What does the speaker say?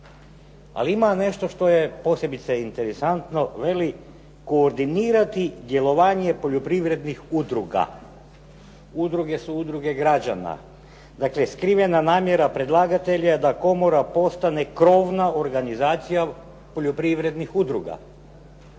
Ali ima nešto što je posebice interesantno, veli koordinirati djelovanje poljoprivrednih udruga. Udruge su udruge građana. Dakle, skrivena namjera predlagatelja je da komora postane krovna organizacija poljoprivrednih udruga.